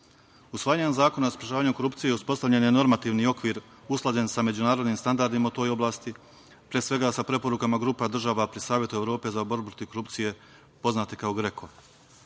Zakona o sprečavanju korupcije uspostavljen je normativni okvir, usklađen sa međunarodnim standardima u toj oblasti, pre svega sa preporukama grupa država pri Savetu Evrope za borbu protiv korupcije, poznatu kao